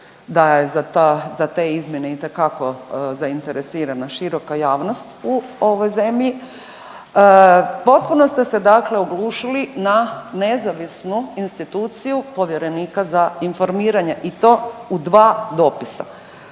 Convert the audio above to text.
za ta, za te izmjene itekako zainteresirana široka javnost u ovoj zemlji, potpuno ste se dakle oglušili na nezavisnu instituciju povjerenika za informiranje i to u dva dopisa.